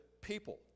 people